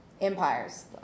empires